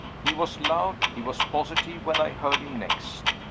he was loud, he was positive, when i heard him next.